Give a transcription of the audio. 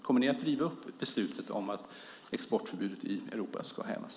Kommer ni att riva upp beslutet om att exportförbudet i Europa ska hävas?